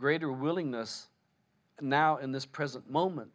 greater willingness now in this present moment